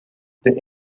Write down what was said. the